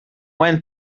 went